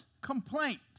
complaint